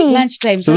Lunchtime